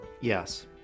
Yes